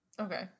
Okay